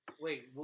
Wait